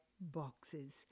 boxes